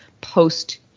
post